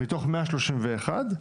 מתוך מאה שלושים ואחת,